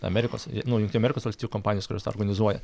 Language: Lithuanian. amerikos nu jungtinių amerikos valstijų kompanijos kurios tą organizuoja